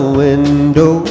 window